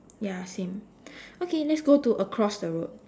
ya same okay let's go to across the road